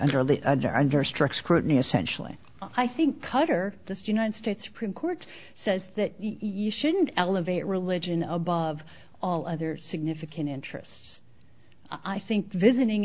under the under under strict scrutiny essentially i think cutter this united states supreme court says that you shouldn't elevate religion above all other significant interests i think visiting